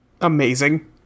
Amazing